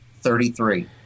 Thirty-three